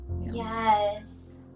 yes